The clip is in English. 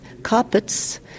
Carpets